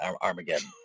Armageddon